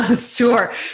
Sure